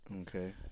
Okay